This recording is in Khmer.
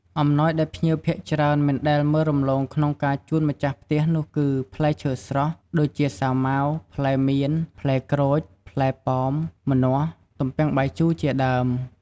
អំណោយដែលភ្ញៀវភាគច្រើនមិនដែលមើលរំលងក្នុងការជូនម្ចាស់ផ្ទះនោះគឺផ្លែឈើស្រស់ ដូចជាសាវម៉ាវ ផ្លែមៀន ផ្លែក្រូច ផ្លែប៉ោម ម្នាស់ ទំពាំងបាយជូរជាដើម។